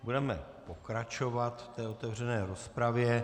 Budeme pokračovat v otevřené rozpravě.